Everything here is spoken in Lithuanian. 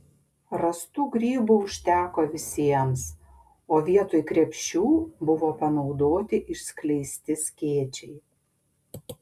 rastų grybų užteko visiems o vietoj krepšių buvo panaudoti išskleisti skėčiai